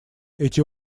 эти